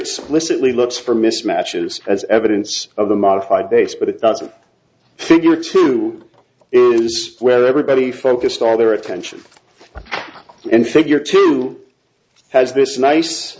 explicitly looks for mismatches as evidence of the modified base but it doesn't figure to where everybody focused all their attention and figure two has this nice